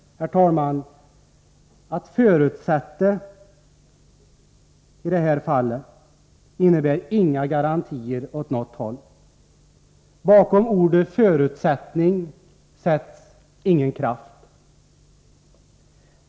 Herr talman! Att ”förutsätta” innebär i detta fall inga garantier åt något håll: Bakom ordet förutsättning sätts ingen kraft.